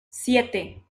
siete